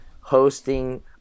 hosting